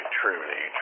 truly